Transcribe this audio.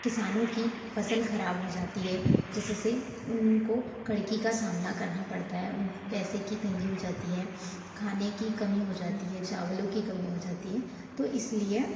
किसानों की फ़सल खराब हो जाती है जिससे उनको कड़की का सामना करना पड़ता है उन पैसे की तंगी हो जाती है खाने की कमी हो जाती है चावलों की कमी हो जाती है तो इसीलिए